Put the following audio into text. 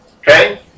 Okay